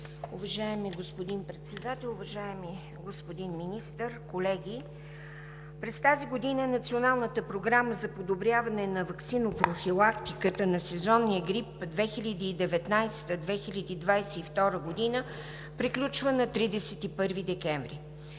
Уважаеми господин Председател, уважаеми господин Министър, колеги! През тази година Националната програма за подобряване на ваксинопрофилактиката на сезонния грип 2019 – 2022 г. приключва на 31 декември.